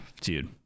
dude